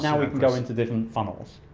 yeah we can go into different funnels.